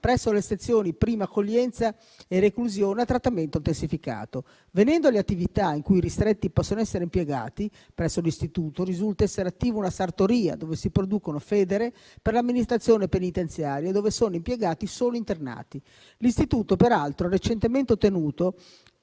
presso le sezioni prima accoglienza e reclusione a trattamento intensificato. Venendo alle attività in cui i ristretti possono essere impiegati presso l'istituto, risulta essere attiva una sartoria dove si producono federe per l'amministrazione penitenziaria, dove sono impiegati solo internati. L'istituto, peraltro, ha recentemente ottenuto